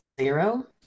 zero